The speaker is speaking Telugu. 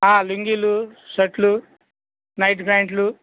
లుంగీలు షర్ట్లు నైట్ ప్యాంట్లు